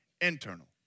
internal